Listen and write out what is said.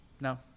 No